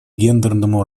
гендерному